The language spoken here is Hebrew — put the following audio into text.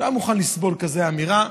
ולא היה מוכן לסבול כזאת אמירה.